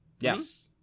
Yes